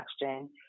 question